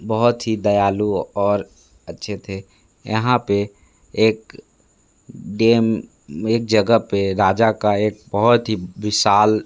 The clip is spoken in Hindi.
बहुत ही दयालु और अच्छे थे यहाँ पे एक डेम एक जगह पर राजा का एक बहुत ही विशाल